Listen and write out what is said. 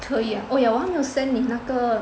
可以啊 oh yeah 我还没有 send 你那个